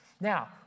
Now